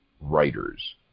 writers